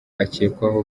akekwaho